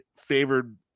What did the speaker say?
favored